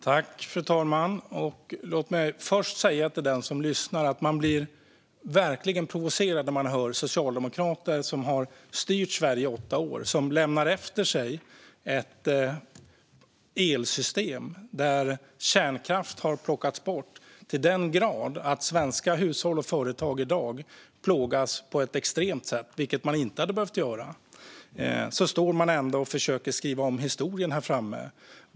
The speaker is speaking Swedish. Fru talman! Låt mig först säga till den som lyssnar att man verkligen blir provocerad när man hör socialdemokrater som har styrt Sverige i åtta år och som lämnar efter sig ett elsystem där kärnkraft har plockats bort till den grad att svenska hushåll och företag i dag plågas på ett extremt sätt, vilket de inte hade behövt göra. Ändå står Socialdemokraterna här framme och försöker skriva om historien.